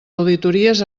auditories